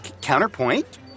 counterpoint